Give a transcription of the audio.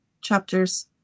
chapters